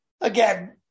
again